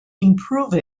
improve